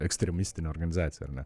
ekstremistinė organizacija ar ne